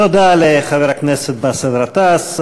תודה לחבר הכנסת באסל גטאס.